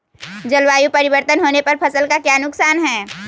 जलवायु परिवर्तन होने पर फसल का क्या नुकसान है?